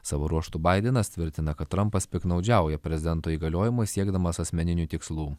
savo ruožtu baidenas tvirtina kad trampas piktnaudžiauja prezidento įgaliojimais siekdamas asmeninių tikslų